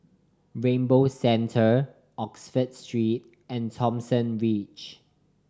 Rainbow Centre Oxford Street and Thomson Ridge